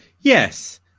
yes